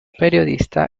periodista